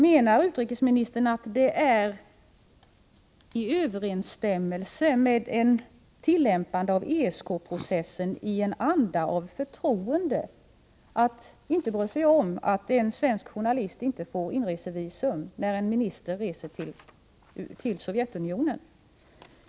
Menar utrikesministern att det är i överensstämmelse med tillämpande av ESK-processen i en anda av förtroende att inte bry sig om att en svensk journalist inte får inresevisum när en svensk minister reser till Sovjetunionien?